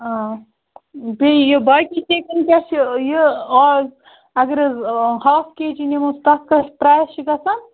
آ بیٚیہِ یہِ باقٕے کیکَن کیٛاہ چھُ یہِ آل اگر حظ ہاف کے جی نِمَو تتھ کۭژ پرایِز چھِ گژھان